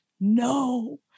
no